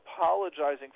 apologizing